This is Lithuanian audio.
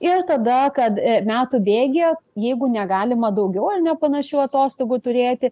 ir tada kad metų bėgyje jeigu negalima daugiau ar ne panašių atostogų turėti